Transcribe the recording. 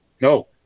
no